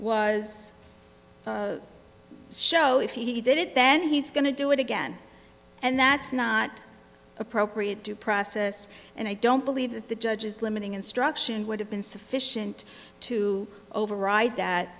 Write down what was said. was show if he did it then he's going to do it again and that's not appropriate due process and i don't believe that the judge's limiting instruction would have been sufficient to override that